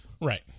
Right